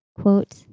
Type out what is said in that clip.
Quote